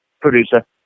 producer